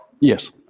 yes